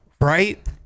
right